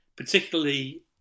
Particularly